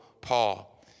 Paul